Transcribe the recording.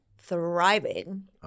thriving